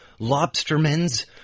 Lobstermen's